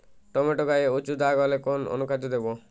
Tomato গায়ে উচু দাগ হলে কোন অনুখাদ্য দেবো?